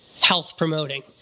health-promoting